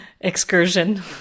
excursion